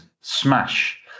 Smash